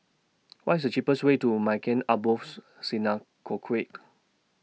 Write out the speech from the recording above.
What IS The cheapest Way to Maghain Aboth